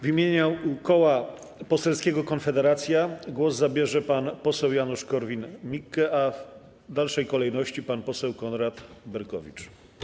W imieniu Koła Poselskiego Konfederacja głos zabierze pan poseł Janusz Korwin-Mikke, a w dalszej kolejności - pan poseł Konrad Berkowicz.